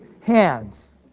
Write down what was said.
hands